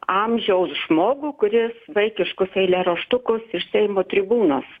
amžiaus žmogų kuris vaikiškus eilėraštukus iš seimo tribūnos